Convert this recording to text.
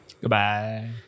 Goodbye